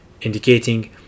indicating